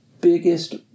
biggest